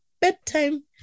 bedtime